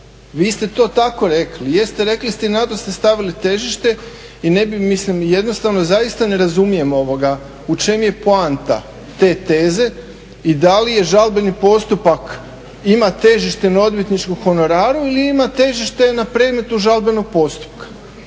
Vi ste to tako rekli, jeste rekli ste i na to ste stavili težište. I ne bi, mislim jednostavno zaista ne razumijem u čemu je poanta te teze i da li je žalbeni postupak ima težište na odvjetničkom honoraru ili ima težište na predmetu žalbenog postupka.